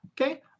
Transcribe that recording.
Okay